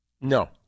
No